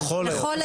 לכל היותר.